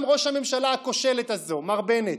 גם ראש הממשלה הכושלת הזאת, מר בנט,